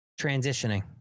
Transitioning